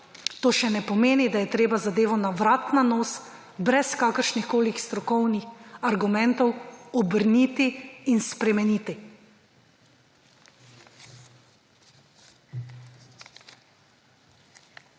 to še ne pomeni, da je treba zadevo na vrat na nos, brez kakršnihkoli strokovnih argumentov obrniti in spremeniti.